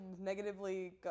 negatively